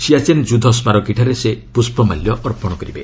ସିଆଚୀନ୍ ଯୁଦ୍ଧସ୍କାରକୀଠାରେ ସେ ପ୍ରଷ୍ଣମାଲ୍ୟ ଅର୍ପଣ କରିବେ